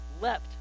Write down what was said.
leapt